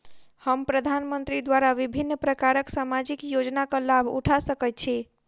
हम प्रधानमंत्री द्वारा विभिन्न प्रकारक सामाजिक योजनाक लाभ उठा सकै छी?